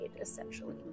essentially